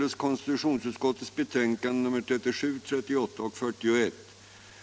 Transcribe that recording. ringen vid tillsättning av kyrkomusi